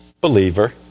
believer